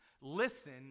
Listen